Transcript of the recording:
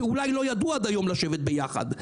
שאולי לא ידעו עד היום לשבת יחד.